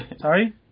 Sorry